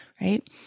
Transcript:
right